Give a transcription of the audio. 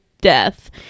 death